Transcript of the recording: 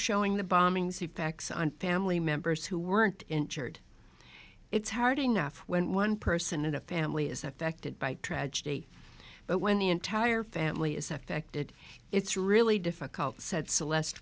showing the bombings effects on family members who weren't injured it's hard enough when one person in a family is affected by tragedy but when the entire family is affected it's really difficult said celeste